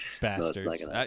Bastards